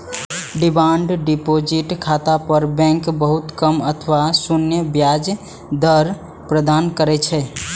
demand deposit खाता पर bank बहुत कम अथवा शून्य ब्याज दर प्रदान करै छै